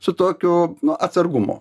su tokiu nu atsargumu